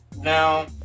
Now